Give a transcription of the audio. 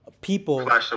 people